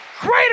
greater